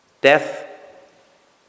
Death